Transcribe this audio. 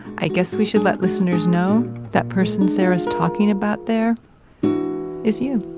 i guess we should let listeners know. that person sara's talking about there is you